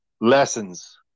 lessons